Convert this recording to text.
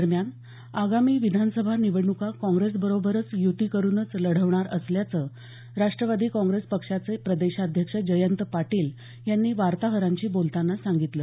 दरम्यान आगामी विधानसभा निवडणुका काँग्रेसबरोबरच यूती करूनच लढवणार असल्याचं राष्ट्रवादी काँप्रेस पक्षाचे प्रदेशाध्यक्ष जयंत पाटील यांनी वार्ताहरांशी बोलतांना सांगितलं